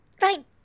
Fine